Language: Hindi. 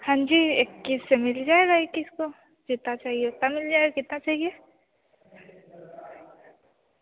हाँ जी इक्किस से मिल जायेगा इक्किस को जितनी चाहिए उतना मिल जाएगा कितना चाहिए